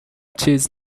چیز